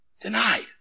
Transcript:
denied